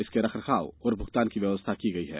इसके रखरखाव और भुगतान की व्यवस्था की गई है